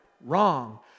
wrong